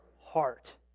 heart